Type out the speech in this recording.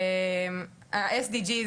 ה-SDG,